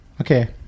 okay